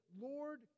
Lord